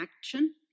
action